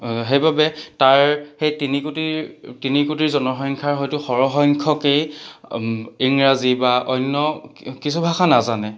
সেইবাবে তাৰ সেই তিনি কোটিৰ তিনি কোটিৰ জনসংখ্যাৰ হয়তো সৰহ সংখ্যকেই ইংৰাজী বা অন্য কিছু ভাষা নাজানে